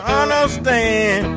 understand